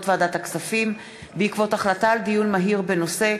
ועדת הכספים בעקבות דיון מהיר בהצעת